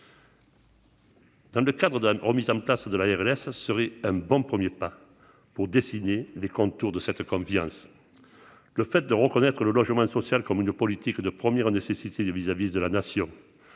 Dans le cadre de la remise en place de la FLS serait un bon 1er pas pour dessiner les contours de cette confiance, le fait de reconnaître le logement social comme une politique de première nécessité de vis-à-vis de la nation,